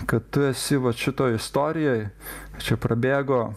kad tu esi vat šitoj istorijoj čia prabėgo